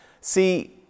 See